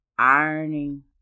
ironing